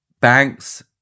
banks